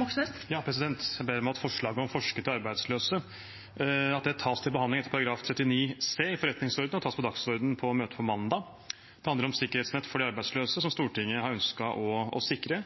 Moxnes har bedt om ordet. Jeg ber om at forslaget om forskudd til arbeidsløse tas til behandling etter § 39 c i forretningsordenen og tas inn på dagsordenen for møtet på mandag. Det handler om sikkerhetsnett for de arbeidsløse, som Stortinget har ønsket å sikre.